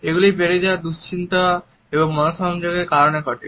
এগুলি বেড়ে যাওয়া দুঃশ্চিন্তা এবং মনঃসংযোগের কারণে ঘটে